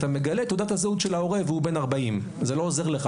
אתה מגלה את תעודת הזהות של ההורה והוא בן 40. זה לא עוזר לך.